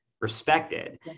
respected